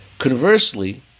Conversely